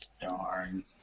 Darn